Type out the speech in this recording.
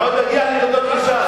אני עוד אגיע להודות לש"ס.